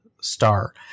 Star